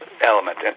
element